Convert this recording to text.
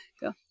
Go